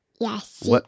Yes